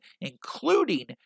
including